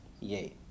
Yay